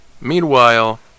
Meanwhile